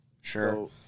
Sure